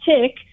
tick